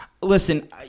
Listen